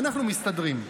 אנחנו מסתדרים.